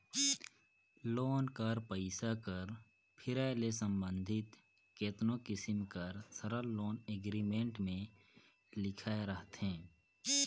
loan कर पइसा कर फिराए ले संबंधित केतनो किसिम कर सरल लोन एग्रीमेंट में लिखाए रहथे